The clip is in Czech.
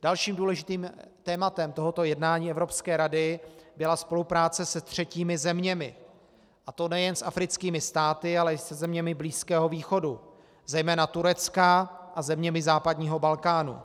Dalším důležitým tématem tohoto jednání Evropské rady byla spolupráce se třetími zeměmi, a to nejen s africkými státy, ale i se zeměmi Blízkého východu, zejména Tureckem a zeměmi západního Balkánu.